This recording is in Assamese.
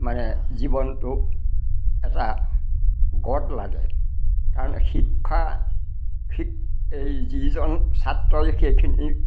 মানে জীৱনটো এটা গত লাগে কাৰণ শিক্ষা শিক এই যিজন ছাত্ৰই সেইখিনি